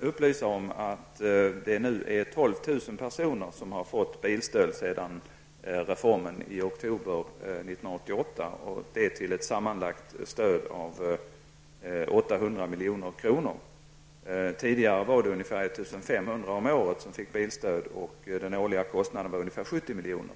upplysa om att det nu är 12 000 personer som fått bilstöd sedan reformen genomfördes i oktober 1988 och detta till en sammanlagd kostnad av 800 milj.kr. Tidigare var det ungefär 1 500 personer om året som fick bilstöd, och den årliga kostnaden var ungefär 70 milj.kr.